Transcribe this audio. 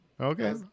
Okay